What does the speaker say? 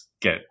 get